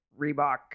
Reebok